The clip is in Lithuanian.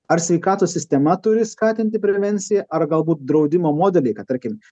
ar sveikatos sistema turi skatinti prevenciją ar galbūt draudimo modeliai kad tarkim